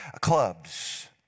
clubs